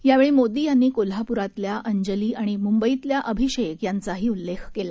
यावेळीमोदीयांनीकोल्हापूरातल्याअंजलीआणिमुंबईतल्याअभिषेकयांचाहीउल्लेखकेला